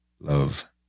love